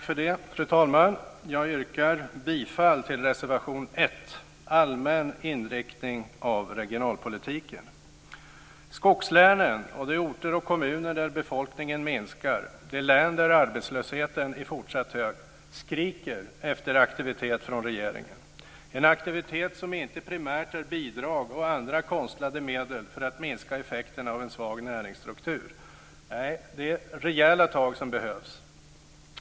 Fru talman! Jag yrkar bifall till reservation 1 om allmän inriktning av regionalpolitiken. Skogslänen, de orter och kommuner där befolkningen minskar och de län där arbetslösheten är fortsatt hög skriker efter aktivitet från regeringen, en aktivitet som inte primärt är bidrag och andra konstlade medel för att minska effekten av en svag näringsstruktur. Nej, det är rejäla tag som behövs.